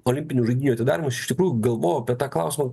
olimpinių žaidynių atidarymus iš tikrųjų galvojau apie tą klausimą